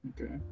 okay